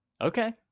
Okay